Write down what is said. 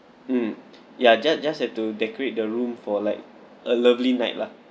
mm ya just just have to decorate the room for like a lovely night lah